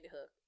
Hook